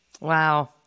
Wow